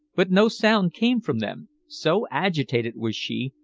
but no sound came from them, so agitated was she,